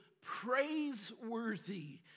praiseworthy